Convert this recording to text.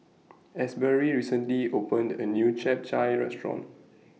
Asbury recently opened A New Chap Chai Restaurant